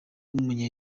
w’umunya